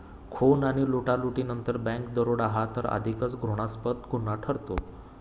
खून आणि लुटालुटीनंतर बँक दरोडा हा तर अधिकच घृणास्पद गुन्हा ठरतो